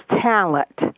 talent